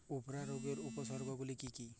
উফরা রোগের উপসর্গগুলি কি কি?